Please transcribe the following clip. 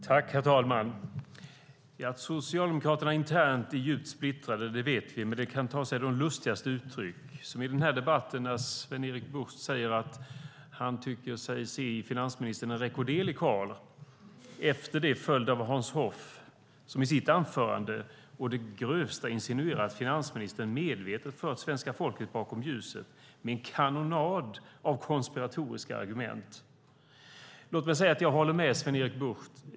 Herr talman! Att Socialdemokraterna internt är djupt splittrade vet vi, men det kan ta sig de lustigaste uttryck, som i den här debatten där Sven-Erik Bucht säger att han i finansministern tycker sig se en rekorderlig karl, och efter det följer Hans Hoff, som i sitt anförande å det grövsta insinuerar att finansministern medvetet fört svenska folket bakom ljuset med en kanonad av konspiratoriska argument. Låt mig säga att jag håller med Sven-Erik Bucht.